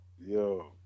Yo